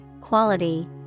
quality